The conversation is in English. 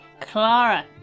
Clara